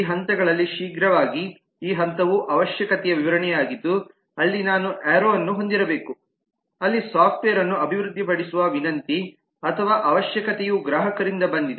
ಈ ಹಂತಗಳಲ್ಲಿ ಶೀಘ್ರವಾಗಿ ಈ ಹಂತವು ಅವಶ್ಯಕತೆಯ ವಿವರಣೆಯಾಗಿದ್ದು ಅಲ್ಲಿ ನಾನು ಏರೋವನ್ನು ಹೊಂದಿರಬೇಕು ಅಲ್ಲಿ ಸಾಫ್ಟ್ವೇರ್ ಅನ್ನು ಅಭಿವೃದ್ಧಿಪಡಿಸುವ ವಿನಂತಿ ಅಥವಾ ಅವಶ್ಯಕತೆಯು ಗ್ರಾಹಕರಿಂದ ಬಂದಿದೆ